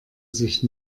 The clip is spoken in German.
sich